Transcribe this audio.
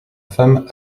femme